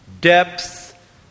depth